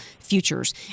futures